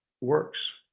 works